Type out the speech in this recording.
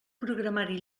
programari